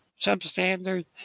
substandard